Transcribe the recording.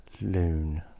Loon